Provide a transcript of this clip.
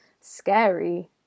scary